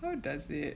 what does it